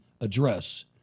address